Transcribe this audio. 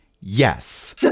Yes